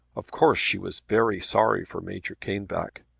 of course she was very sorry for major caneback.